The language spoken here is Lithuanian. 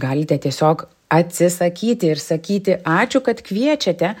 galite tiesiog atsisakyti ir sakyti ačiū kad kviečiate